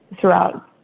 throughout